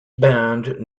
band